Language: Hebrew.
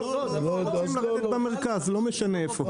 לא, אנחנו רוצים לרדת במרכז, לא משנה איפה.